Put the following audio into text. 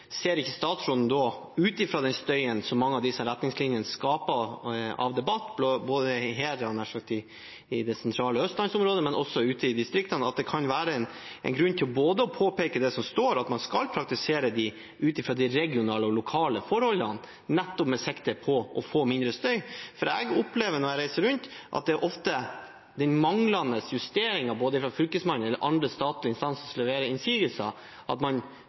Ser ikke statsråden, ut fra den støyen og debatten som mange av disse retningslinjene skaper, både her i det sentrale østlandsområdet og også ute i distriktene, at det kan være grunn til å påpeke det som står, at man skal praktisere retningslinjene ut fra de regionale og lokale forholdene, nettopp med sikte på å få mindre støy? Jeg opplever når jeg reiser rundt, at det ofte er manglende justeringer, både fra Fylkesmannen og andre statlige instanser som skal levere innsigelser: at man